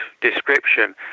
description